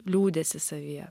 liūdesį savyje